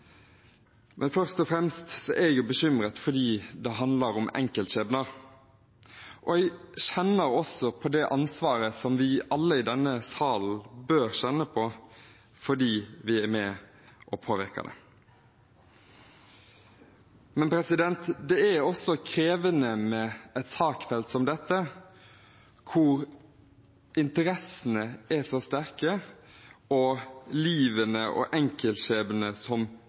Men først og fremst er jeg bekymret fordi det handler om enkeltskjebner, og jeg kjenner også på det ansvaret som vi alle i denne salen bør kjenne på fordi vi er med og påvirker det. Det er også krevende med et saksfelt som dette hvor interessene er så sterke, og hvor livene og